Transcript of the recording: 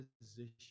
position